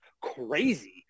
crazy